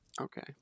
Okay